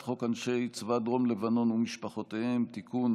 חוק אנשי צבא דרום לבנון ומשפחותיהם (תיקון),